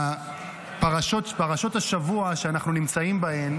פרשות השבוע שאנחנו נמצאים בהן